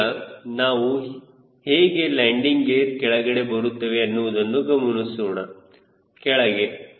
ಈಗ ನಾವು ಹೇಗೆ ಲ್ಯಾಂಡಿಂಗ್ ಗೇರ್ ಕೆಳಗಡೆ ಬರುತ್ತವೆ ಎನ್ನುವುದನ್ನು ಗಮನಿಸೋಣ ಕೆಳಗೆ